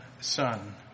son